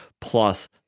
plus